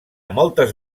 moltes